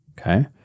Okay